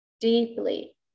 deeply